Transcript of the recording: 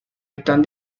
están